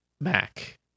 Mac